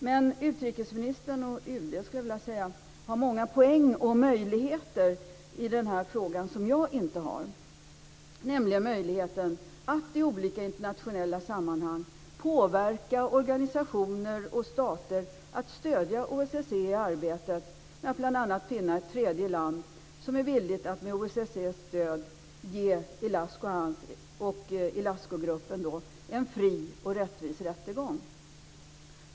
Men utrikesministern och UD, skulle jag vilja säga, har många poäng och möjligheter i den här frågan som jag inte har, nämligen möjligheten att i olika internationella sammanhang påverka organisationer och stater att stödja OSSE i arbetet med att bl.a. finna ett tredje land som är villigt att med OSSE:s stöd ge Ilascu och Ilascu-gruppen en fri och rättvis rättegång.